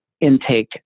intake